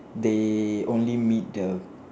they only meet the